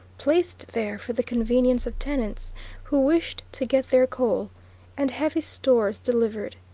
placed there for the convenience of tenants who wished to get their coal and heavy stores delivered.